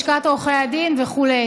לשכת עורכי הדין וכו'.